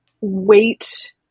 weight